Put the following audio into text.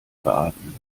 beatmen